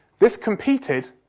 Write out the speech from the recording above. this competed,